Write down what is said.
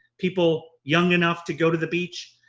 people young enough to go to the beach,